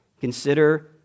Consider